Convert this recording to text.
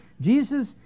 Jesus